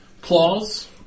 claws